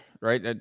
right